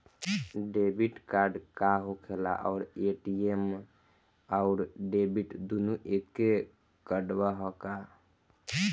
Debit card का होखेला और ए.टी.एम आउर डेबिट दुनों एके कार्डवा ह का?